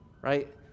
right